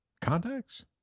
Contacts